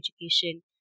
education